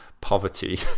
poverty